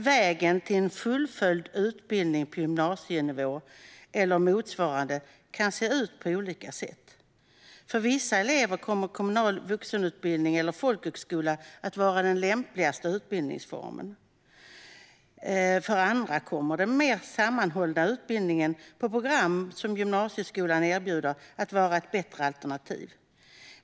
Vägen till en fullföljd utbildning på gymnasienivå eller motsvarande kan se ut på olika sätt. För vissa elever kommer kommunal vuxenutbildning eller folkhögskola att vara den lämpligaste utbildningsformen. För andra kommer den mer sammanhållna utbildningen på program som gymnasieskolan erbjuder att vara ett bättre alternativ.